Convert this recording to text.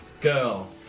girl